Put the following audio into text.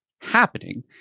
happening